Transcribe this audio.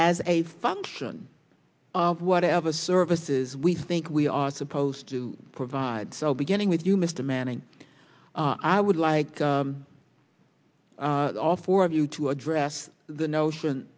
as a function of whatever services we think we are supposed to provide so beginning with you mr manning i would like all four of you to address the notion